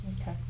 okay